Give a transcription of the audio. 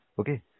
okay